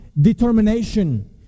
determination